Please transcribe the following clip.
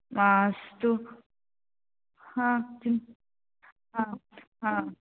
मास्तु हा हा हा